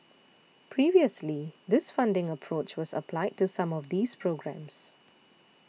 previously this funding approach was applied to some of these programmes